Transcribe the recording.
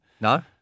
No